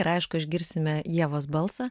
ir aišku išgirsime ievos balsą